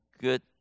good